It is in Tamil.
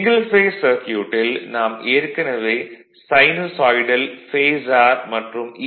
சிங்கிள் பேஸ் சர்க்யூட்டில் நாம் ஏற்கனவே சைனுசாய்டல் பேஸார் மற்றும் ஈ